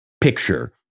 picture